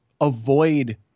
avoid